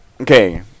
okay